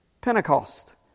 Pentecost